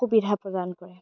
সুবিধা প্ৰদান কৰে